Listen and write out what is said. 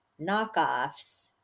knockoffs